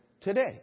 today